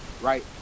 right